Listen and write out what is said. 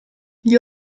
gli